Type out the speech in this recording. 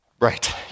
Right